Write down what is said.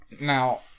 Now